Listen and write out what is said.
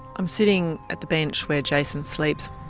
i'm sitting at the bench where jason sleeps.